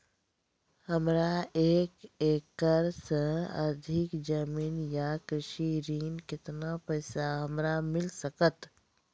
हमरा एक एकरऽ सऽ अधिक जमीन या कृषि ऋण केतना पैसा हमरा मिल सकत?